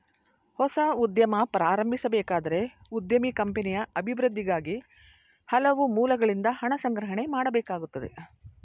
ಹೊಸ ಉದ್ಯಮ ಪ್ರಾರಂಭಿಸಬೇಕಾದರೆ ಉದ್ಯಮಿ ಕಂಪನಿಯ ಅಭಿವೃದ್ಧಿಗಾಗಿ ಹಲವು ಮೂಲಗಳಿಂದ ಹಣ ಸಂಗ್ರಹಣೆ ಮಾಡಬೇಕಾಗುತ್ತದೆ